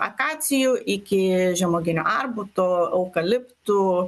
akacijų iki žemuoginių arbutų eukaliptų